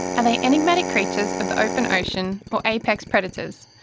are they enigmatic creatures of the open ocean, or apex predators?